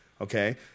Okay